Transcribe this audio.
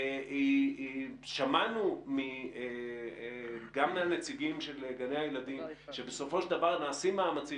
שמענו מהנציגים של גני הילדים שנעשים מאמצים